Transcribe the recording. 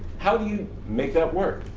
how do you make that work?